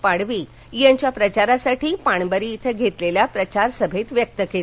पाडवी यांच्या प्रचारासाठी पाणबरी इथं घेतलेल्या प्रचारसभेत व्यक्त केलं